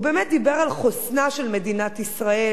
באמת דיבר על חוסנה של מדינת ישראל,